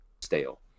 stale